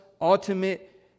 ultimate